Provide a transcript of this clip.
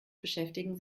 beschäftigen